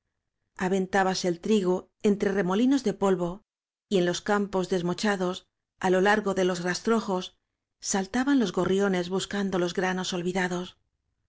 sol aventábase el trigo entre remolinos de polvo y en los campos desmochados á lo largo cle los rastrojos saltaban los gorriones buscando los granos olvidados